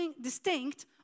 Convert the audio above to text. distinct